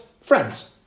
friends